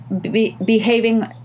behaving